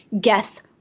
guess